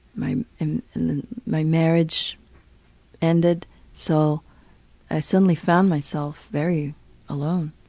my my marriage ended so i suddenly found myself very alone.